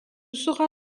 sera